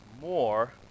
more